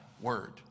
word